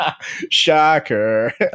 Shocker